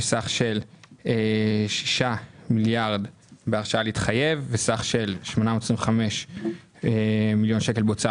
סך של 6 מיליארד בהרשאה להתחייב וסך של 825 מיליון שקל בהוצאה